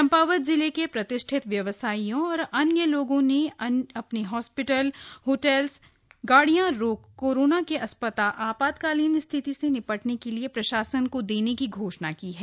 चम्पावत जिले के प्रतिष्ठित व्यवसायियों और अन्य लोगों ने अपने हॉस्पिटल होटल और गाड़ियां कोरोना के आपातकाल स्थिति से निपटने के लिए प्रशासन को देने की घोषणा की है